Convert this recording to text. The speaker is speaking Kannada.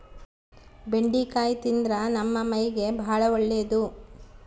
ಬೆಂಡಿಕಾಯಿ ತಿಂದ್ರ ನಮ್ಮ ಮೈಗೆ ಬಾಳ ಒಳ್ಳೆದು